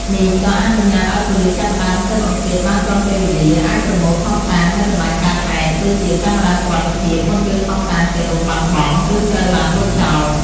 នេះក៏អនុញ្ញាតឲ្យប៉ូលិសចាប់ផ្ដើមស៊ើបអង្កេតបានទាន់ពេលវេលា អាចប្រមូលភស្តុតាងនៅកន្លែងកើតហេតុ ដូចជាកាមេរ៉ាសុវត្ថិភាព មុនពេលភស្តុតាងទាំងនោះបាត់បង់ ឬត្រូវបានលុបចោល។